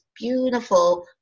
beautiful